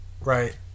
Right